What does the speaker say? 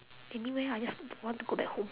anywhere ah I just don't want to go back home